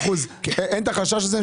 אין את החשש הזה?